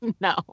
No